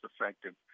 effective